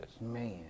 Man